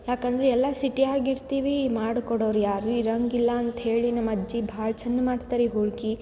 ಯಾಕಂದರೆ ಎಲ್ಲ ಸಿಟಿಯಾಗೆ ಇರ್ತೀವಿ ಮಾಡ್ಕೊಡೋವ್ರು ಯಾರು ಇರೋಂಗಿಲ್ಲ ಅಂತೇಳಿ ನಮ್ಮ ಅಜ್ಜಿ ಭಾಳ ಚಂದ ಮಾಡ್ತಾರೆ ಈ ಹೋಳ್ಗೆ